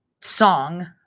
song